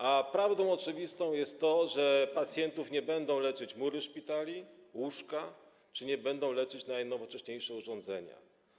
A prawdą oczywistą jest to, że pacjentów nie będą leczyć mury szpitali, łóżka czy nie będą leczyć najnowocześniejsze urządzenia.